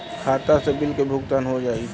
खाता से बिल के भुगतान हो जाई?